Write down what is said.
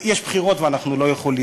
יש בחירות, ואנחנו לא יכולים